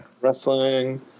Wrestling